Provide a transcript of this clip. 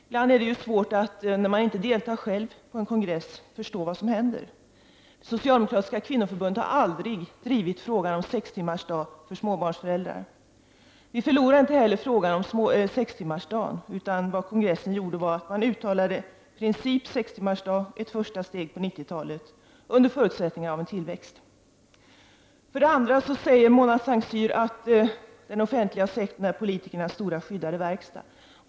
Ibland är det svårt att förstå vad som händer när man inte själv deltar i en kongress. Socialdemokratiska kvinnoförbundet har aldrig drivit frågan om sextimmarsdag för småbarnsföräldrar. Vi förlorade alltså inte frågan om sextimmarsdag, utan kongressen uttalade en princip för sextimmarsdag som ett första steg på 90-talet under förutsättning att det sker en tillväxt. För det andra hävdar Mona Saint Cyr att den offentliga sektorn är politikernas stora skyddade verkstad.